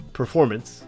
performance